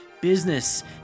business